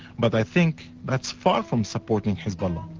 but i think that's far from supporting hezbollah.